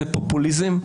זה פופוליזם.